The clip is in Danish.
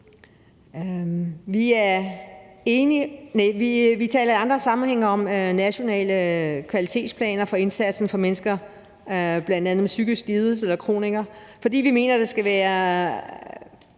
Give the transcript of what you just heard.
Vi taler i andre sammenhænge om nationale kvalitetsplaner for indsatsen for mennesker med bl.a. psykiske lidelser eller kronikere, fordi vi mener, at der, hvad enten